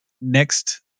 next